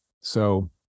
So-